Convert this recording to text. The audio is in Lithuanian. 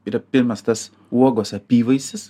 yra pirmas tas uogos apyvaisis